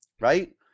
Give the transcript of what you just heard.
right